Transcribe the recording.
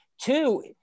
Two